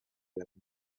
werden